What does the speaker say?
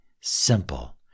simple